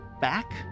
back